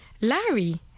Larry